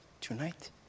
tonight